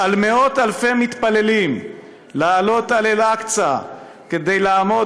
"על מאות-אלפי מתפללים לעלות על אל-אקצא כדי לעמוד